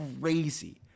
crazy